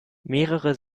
mehrere